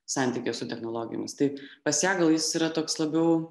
santykyje su technologijomis tai pas ją gal jis yra toks labiau